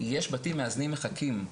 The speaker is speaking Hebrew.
יש בתים מאזנים שמחכים,